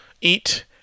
eat